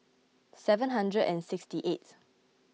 seven hundred and sixty eighth